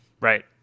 right